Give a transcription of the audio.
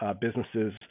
businesses